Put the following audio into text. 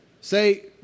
Say